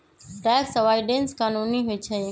tax avoidance कानूनी होइ छइ